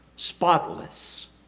spotless